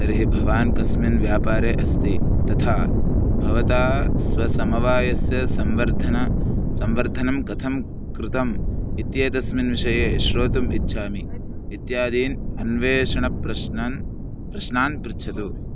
तर्हि भवान् कस्मिन् व्यापारे अस्ति तथा भवता स्वसमवायस्य संवर्धन संवर्धनं कथं कृतम् इत्येतस्मिन् विषये श्रोतुम् इच्छामि इत्यादीन् अन्वेषणप्रश्नन् प्रश्नान् पृच्छतु